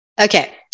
Okay